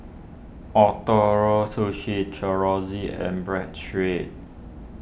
Ootoro Sushi and bread street